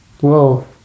Whoa